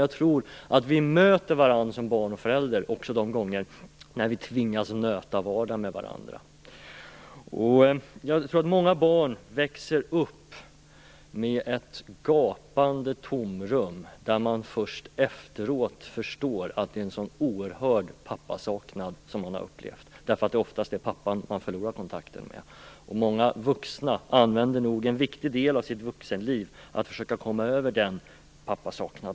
Jag tror att vi möter varandra som barn och förälder också de gånger när vi tvingas nöta vardagen med varandra. Jag tror att många barn växer upp med ett gapande tomrum. Först efteråt förstår de att de har upplevt en oerhörd saknad efter pappa; det är oftast pappan som man förlorar kontakten med. Många vuxna använder nog en viktig del av sitt vuxenliv åt att försöka komma över denna saknad.